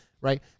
Right